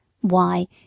Why